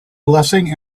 blessing